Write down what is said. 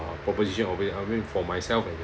proposition of it I mean for myself and